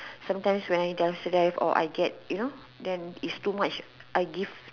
sometimes when I dumpster dive or I get you know then its to much I give